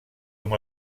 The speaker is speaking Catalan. com